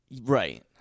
right